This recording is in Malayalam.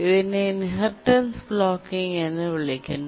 ഇതിനെ ഇൻഹെറിറ്റൻസ് ബ്ലോക്കിങ് എന്ന് വിളിക്കുന്നു